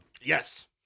Yes